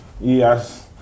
Yes